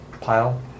pile